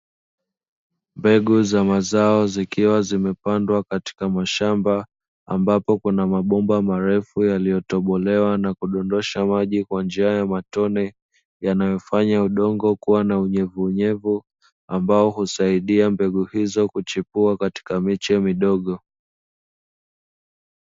Mbegu za mazao zikiwa zimepandwa katika mashamba ambapo kuna mabomba marefu yaliyotobolewa na kudondosha maji kwa njia ya matone yanayofanya udongo kuwa na unyavunyevu, ambao husaidia mbegu hizo kuchipua katika miche midogo.